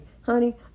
honey